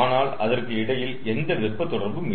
ஆனால் அதற்கு இடையில் எந்த வெப்ப தொடர்பும் இல்லை